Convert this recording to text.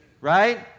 right